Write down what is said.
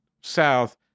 south